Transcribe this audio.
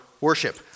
worship